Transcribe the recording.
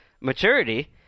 maturity